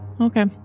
Okay